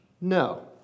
No